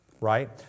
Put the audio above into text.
Right